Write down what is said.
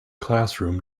classroom